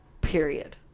Period